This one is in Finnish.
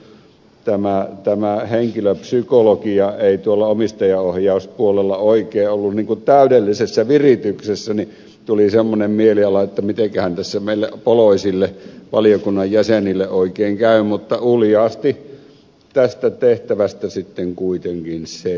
ja sitten viime vaiheessa kun tämä henkilöpsykologia ei tuolla omistajaohjauspuolella oikein ollut niin kuin täydellisessä virityksessä niin tuli semmoinen mieliala että mitenkähän tässä meille poloisille valiokunnan jäsenille oikein käy mutta uljaasti tästä tehtävästä sitten kuitenkin selvittiin